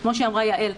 כמו שאמרה יעל,